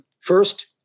first